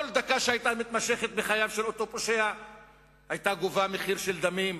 כל דקה שהיתה מתמשכת בחייו של אותו פושע היתה גובה מחיר של דמים,